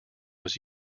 was